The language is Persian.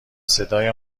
صدای